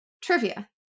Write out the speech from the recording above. trivia